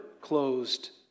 closed